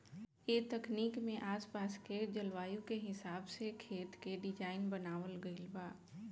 ए तकनीक में आस पास के जलवायु के हिसाब से खेत के डिज़ाइन बनावल गइल बा